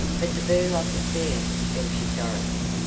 but the burlock affair, ventured dorothy.